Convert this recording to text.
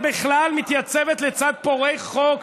מתי בפעם האחרונה, את בכלל מתייצבת לצד פורעי חוק,